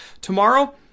tomorrow